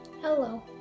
Hello